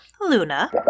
Luna